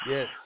Yes